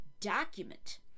document